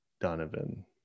Donovan